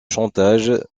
chantage